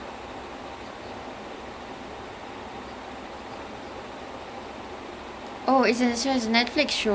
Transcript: each episode is like an hour long and that was Netflix's first big budget show but then it was really damn good